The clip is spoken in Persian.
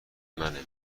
منه